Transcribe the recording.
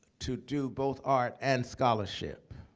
to do both art and scholarship.